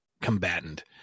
combatant